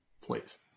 Please